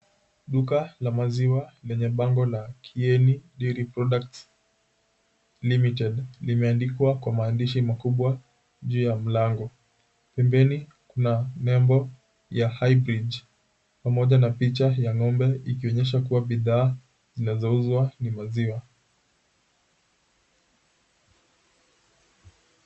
Duka la maziwa lenye bango la, Kieni Dairy Products Limited, limeandikwa kwa maandishi makubwa juu ya mlango. Pembeni kuna nembo ya, Highbridge, pamoja na picha ya ng'ombe, ikionyesha kuwa bidhaa zinazouzwa ni maziwa.